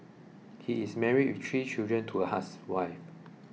he is married with three children to a housewife